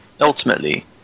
ultimately